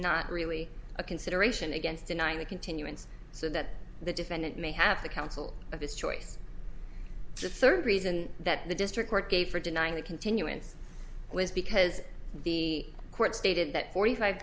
not really a consideration against denying the continuance so that the defendant may have the counsel of his choice the third reason that the district court gave for denying the continuance was because the court stated that forty five